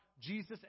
Jesus